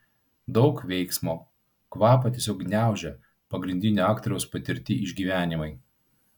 daug veiksmo kvapą tiesiog gniaužia pagrindinio aktoriaus patirti išgyvenimai